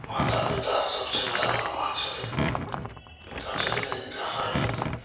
माता पिता सबसे बड़ा भगवान छथिन हुनका चलते